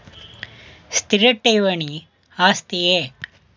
ಸ್ಥಿರ ಠೇವಣಿ ಆಸ್ತಿಯೇ?